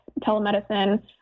telemedicine